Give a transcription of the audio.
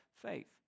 faith